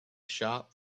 shop